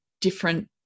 different